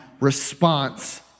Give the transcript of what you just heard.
response